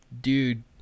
dude